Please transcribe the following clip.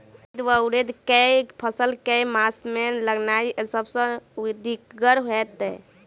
उड़ीद वा उड़द केँ फसल केँ मास मे लगेनाय सब सऽ उकीतगर हेतै?